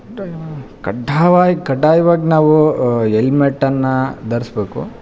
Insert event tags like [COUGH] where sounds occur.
[UNINTELLIGIBLE] ಕಡ್ಡಾಯ್ವಾಗ್ ಕಡ್ಡಾಯವಾಗ್ ನಾವು ಹೆಲ್ಮೆಟನ್ನ ಧರ್ಸಬೇಕು